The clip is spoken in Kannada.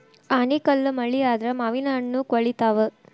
ಆನಿಕಲ್ಲ್ ಮಳಿ ಆದ್ರ ಮಾವಿನಹಣ್ಣು ಕ್ವಳಿತಾವ